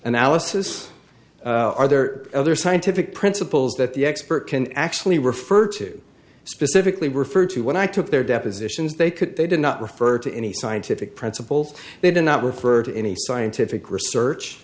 analysis are there other scientific principles that the expert can actually refer to specifically refer to when i took their depositions they could they did not refer to any scientific principles they did not refer to any scientific research